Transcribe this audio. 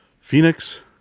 Phoenix